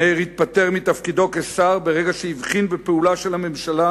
מאיר התפטר מתפקידו כשר ברגע שהבחין בפעולה של הממשלה